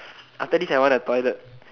after this I wanna toilet